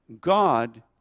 God